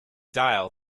dial